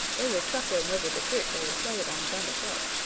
they were chuckling over the trick they had played on johnny chuck,